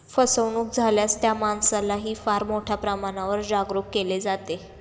फसवणूक झाल्यास त्या माणसालाही फार मोठ्या प्रमाणावर जागरूक केले जाते